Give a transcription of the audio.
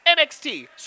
NXT